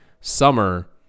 summer